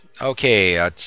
Okay